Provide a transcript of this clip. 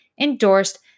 endorsed